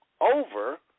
over